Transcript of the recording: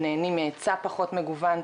נהנים מהיצע פחות מגוון,